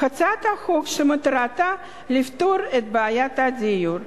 הצעת חוק שמטרתה לפתור את בעיית הדיור.